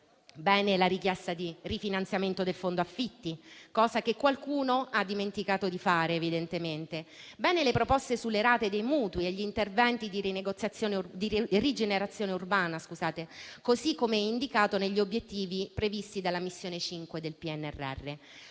la richiesta di rifinanziamento del fondo affitti, cosa che qualcuno evidentemente ha dimenticato di fare. Positivi sono anche le proposte sulle rate dei mutui e gli interventi di rigenerazione urbana, così come indicato negli obiettivi previsti dalla missione 5 del PNRR.